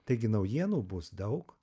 taigi naujienų bus daug